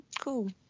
Cool